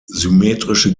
symmetrische